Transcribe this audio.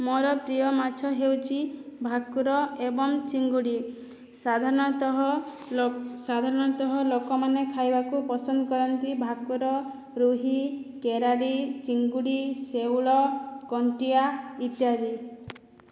ମୋର ପ୍ରିୟ ମାଛ ହେଉଛି ଭାକୁର ଏବଂ ଚିଙ୍ଗୁଡ଼ି ସାଧାରଣତଃ ସାଧାରଣତଃ ଲୋକମାନେ ଖାଇବାକୁ ପସନ୍ଦ କରନ୍ତି ଭାକୁର ରୋହି କେରାଡ଼ି ଚିଙ୍ଗୁଡ଼ି ଶେଉଳ କଣ୍ଟିଆ ଇତ୍ୟାଦି